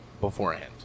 beforehand